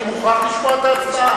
אני מוכרח לשמוע את ההצבעה.